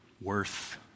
Worth